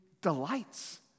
delights